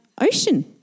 ocean